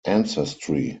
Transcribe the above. ancestry